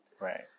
right